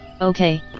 Okay